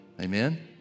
Amen